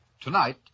Tonight